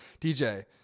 DJ